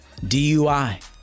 DUI